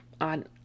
on